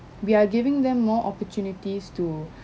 we are giving them more opportunities to